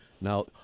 Now